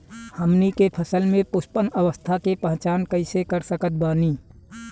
हमनी के फसल में पुष्पन अवस्था के पहचान कइसे कर सकत बानी?